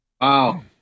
Wow